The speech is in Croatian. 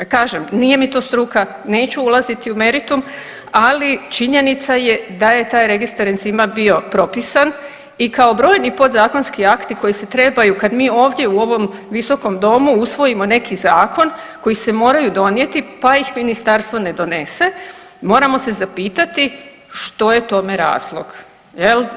Kažem nije mi to struka, neću ulaziti u meritum, ali činjenica je da je taj registar enzima bio propisan i kao brojni podzakonski akti koji se trebaju kad mi ovdje u ovom visokom domu usvojimo neki zakon koji se moraju donijeti pa ih ministarstvo ne donese moramo se zapitati što je tome razlog, jel.